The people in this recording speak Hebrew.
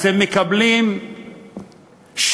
אז הם מקבלים שירותים